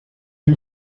you